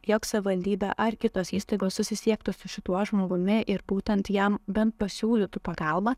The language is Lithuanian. jog savivaldybė ar kitos įstaigos susisiektų su šituo žmogumi ir būtent jam bent pasiūlytų pagalbą